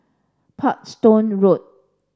Parkstone Road